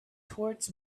towards